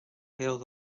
held